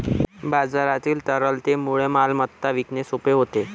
बाजारातील तरलतेमुळे मालमत्ता विकणे सोपे होते